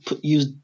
use